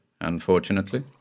unfortunately